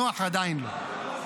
"נח" עדיין לא.